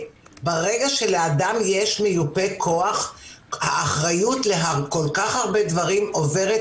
שברגע שלאדם יש מיופה כוח האחריות על כל כך הרבה דברים עוברת